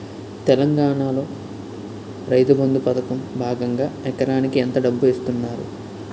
తెలంగాణలో రైతుబంధు పథకం భాగంగా ఎకరానికి ఎంత డబ్బు ఇస్తున్నారు?